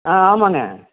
ஆ ஆமாங்க